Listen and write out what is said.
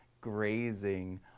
grazing